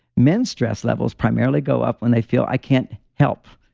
men stress levels primarily go up when they feel i can't help.